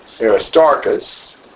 Aristarchus